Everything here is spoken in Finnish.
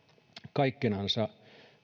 kaikkinensa